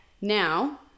Now